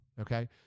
Okay